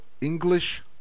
English